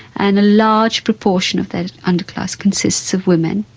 and a large proportion of that underclass consists of women,